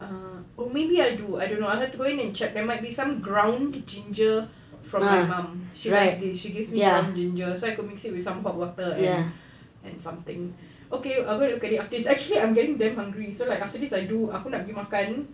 ah or maybe I do I don't know I have to go in and check that might be some ground ginger from my mum she likes this she gives me ground ginger so I could mix it with some hot water and and something okay I'll go look at it after this actually I'm getting damn hungry so after this I do aku nak pergi makan